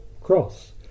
Cross